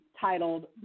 titled